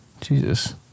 Jesus